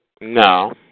No